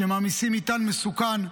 שמעמיסים מטען מסוכן,